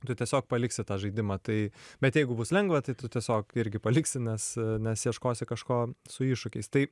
tu tiesiog paliksi tą žaidimą tai bet jeigu bus lengva tai tu tiesiog irgi paliksi nes nes ieškosi kažko su iššūkiais tai